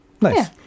Nice